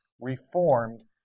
Reformed